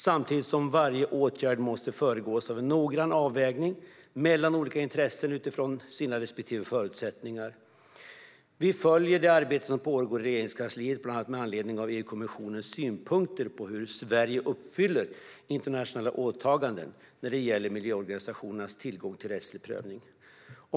Samtidigt måste varje åtgärd föregås av en noggrann avvägning mellan olika intressen utifrån de respektive förutsättningarna. Vi följer det arbete som pågår i Regeringskansliet med anledning av bland annat EU-kommissionens synpunkter på hur Sverige uppfyller internationella åtaganden när det gäller miljöorganisationernas tillgång till rättslig prövning.